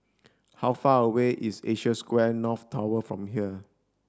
how far away is Asia Square North Tower from here